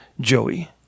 joey